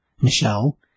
Michelle